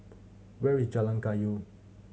where is Jalan Kayu